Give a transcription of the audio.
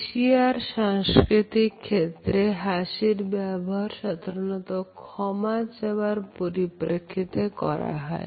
এশিয়ার সাংস্কৃতিক ক্ষেত্রে হাসির ব্যবহার সাধারণত ক্ষমা চাওয়ার পরিপ্রেক্ষিতে করা হয়